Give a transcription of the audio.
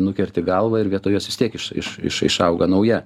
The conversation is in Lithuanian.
nukerti galvą ir vietoj jos vis tiek iš iš iš išauga nauja